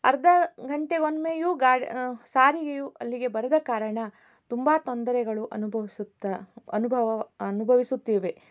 ಅರ್ಧ ಗಂಟೆಗೊಮ್ಮೆಯೂ ಗಾಡಿ ಸಾರಿಗೆಯು ಅಲ್ಲಿಗೆ ಬರದ ಕಾರಣ ತುಂಬ ತೊಂದರೆಗಳು ಅನುಭವಿಸುತ್ತಾ ಅನುಭವವ ಅನುಭವಿಸುತ್ತಿವೆ